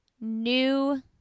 new